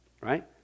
Right